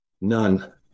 None